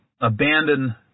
abandon